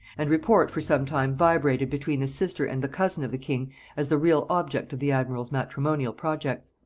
and report for some time vibrated between the sister and the cousin of the king as the real object of the admiral's matrimonial projects.